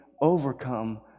overcome